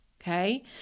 okay